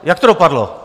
Jak to dopadlo?